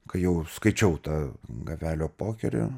kai jau skaičiau tą gavelio pokerį